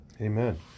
Amen